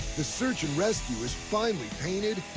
the search and rescue is finally painted,